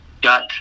got